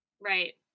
Right